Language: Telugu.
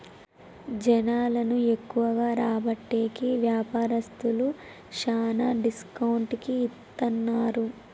జనాలను ఎక్కువగా రాబట్టేకి వ్యాపారస్తులు శ్యానా డిస్కౌంట్ కి ఇత్తన్నారు